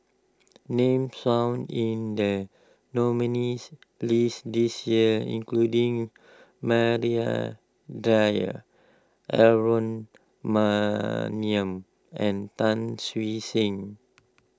names found in the nominees' list this year including Maria Dyer Aaron Maniam and Tan Siew Sin